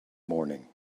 morning